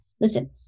listen